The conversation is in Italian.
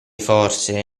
forse